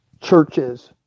churches